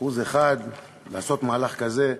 1% לעשות מהלך כזה?